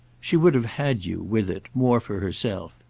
she would have had you, with it, more for herself.